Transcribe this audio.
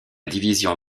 division